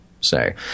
Say